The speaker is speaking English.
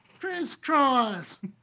Crisscross